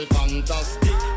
fantastic